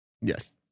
Yes